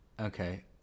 Okay